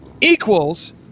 equals